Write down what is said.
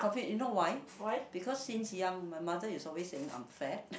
why